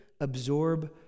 absorb